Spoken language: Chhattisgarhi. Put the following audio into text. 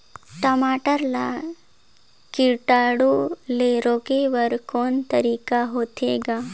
टमाटर ला कीटाणु ले रोके बर को तरीका होथे ग?